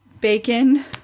bacon